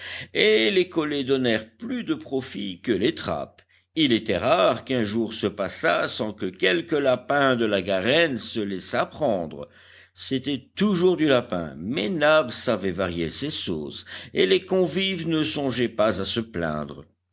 et les collets donnèrent plus de profit que les trappes il était rare qu'un jour se passât sans que quelque lapin de la garenne se laissât prendre c'était toujours du lapin mais nab savait varier ses sauces et les convives ne songeaient pas à se plaindre